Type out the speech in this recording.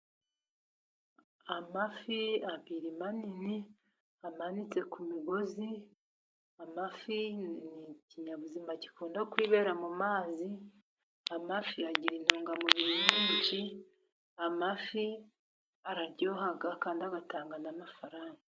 Amafi abiri manini amanitse ku migozi. Amafi ni ikinyabuzima gikunda kwibera mu mazi. Amafi agira intungamubiri nyinshi, amafi araryoha kandi agatanga n'amafaranga.